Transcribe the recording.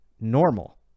normal